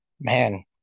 man